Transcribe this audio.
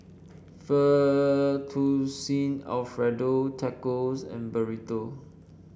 Fettuccine Alfredo Tacos and Burrito